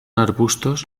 arbustos